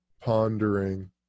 pondering